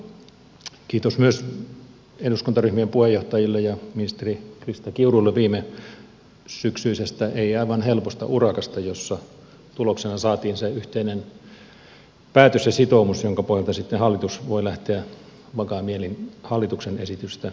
kiitos myös eduskuntaryhmien puheenjohtajille ja ministeri krista kiurulle viimesyksyisestä ei aivan helposta urakasta jossa tuloksena saatiin se yhteinen päätös ja sitoumus jonka pohjalta sitten hallitus voi lähteä vakain mielin hallituksen esitystä tekemään